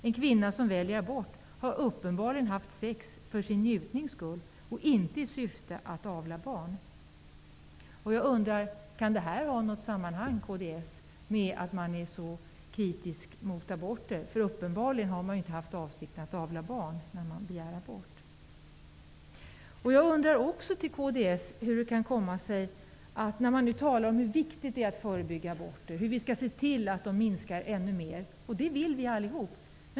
En kvinna som väljer abort har uppenbart haft sex för sin njutnings skull och inte i syfte att avla barn.'' Kan det här ha något samband med att kds är så kritiskt mot aborter? Uppenbarligen har man inte haft för avsikt att avla barn när man sedan begär abort. Kds talar om att det är viktigt att förebygga aborter, att se till att antalet minskar ännu mer. Det vill vi alla.